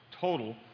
total